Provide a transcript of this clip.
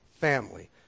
family